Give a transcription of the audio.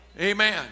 Amen